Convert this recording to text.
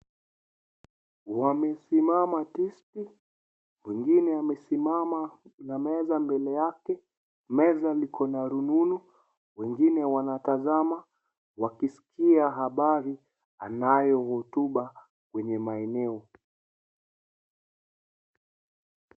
Wamesimama tisti, mwingine amesimama na meza mbele yake ,meza liko na rununu , wengine wanatazama wakiskia habari anayohotuba kwenye maeneo.